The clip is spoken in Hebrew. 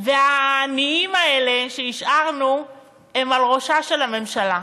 והעניים האלה שהשארנו הם על ראשה של הממשלה.